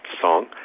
song